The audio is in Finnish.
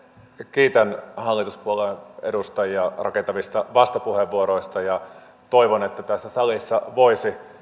kiitän hallituspuolueen edustajia rakentavista vastapuheenvuoroista ja toivon että tässä salissa voisi